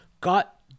got